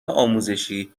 آموزشی